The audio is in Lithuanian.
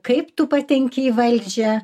kaip tu patenki į valdžią